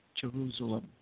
Jerusalem